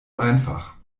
einfach